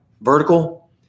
vertical